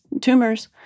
tumors